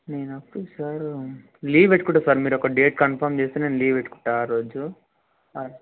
నేను office sir leave పెట్టుకుంటాను sir మీరు ఒక డేట్ కన్ఫర్మ్ చేస్తే నేను లీవ్ పెట్టుకుంటాను ఆ రోజు